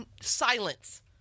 silence